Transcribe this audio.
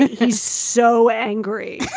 he's so angry.